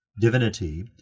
Divinity